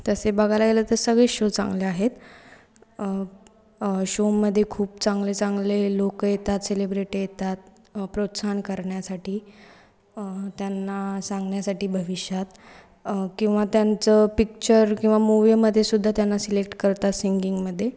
तसे बघायला गेलं तर सगळेच शो चांगले आहेत शोमध्ये खूप चांगले चांगले लोकं येतात सेलिब्रिटी येतात प्रोत्साहन करण्यासाठी त्यांना सांगण्यासाठी भविष्यात किंवा त्यांचं पिक्चर किंवा मुवीमध्येसुद्धा त्यांना सिलेक्ट करतात सिंगिंगमध्ये